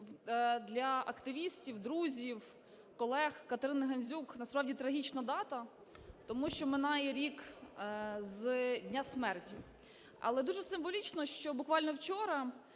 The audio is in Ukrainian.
для активістів, друзів, колег Катерини Гандзюк насправді, трагічна дата, тому що минає рік з дня смерті. Але дуже символічно, що буквально вчора